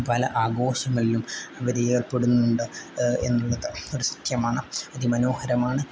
പല ആഘോഷങ്ങളിലും അവർ ഏർപ്പെടുന്നുണ്ട് എന്നുള്ളത് ഒരു സത്യമാണ് അതിമനോഹരമാണ്